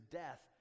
death